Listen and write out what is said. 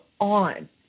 on